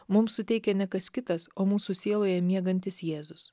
mums suteikia ne kas kitas o mūsų sieloje miegantis jėzus